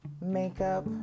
makeup